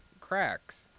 cracks